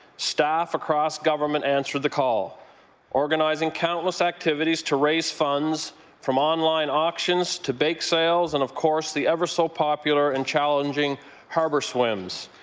staff across government answered the call organizing countless activities to raise funds from online auctions to bake sales and of course the ever so popular and challenging harbour swims.